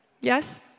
Yes